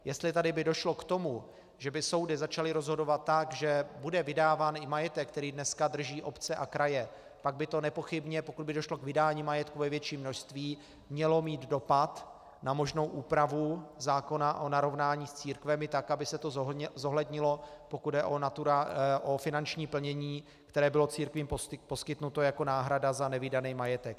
Jestli by tady došlo k tomu, že by soudy začaly rozhodovat tak, že bude vydáván i majetek, který dneska drží obce a kraje, pak by to nepochybně, pokud by došlo k vydání majetku ve větším množství, mělo mít dopad na možnou úpravu zákona o narovnání s církvemi tak, aby se to zohlednilo, pokud jde o finanční plnění, které bylo církvím poskytnuto jako náhrada za nevydaný majetek.